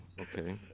Okay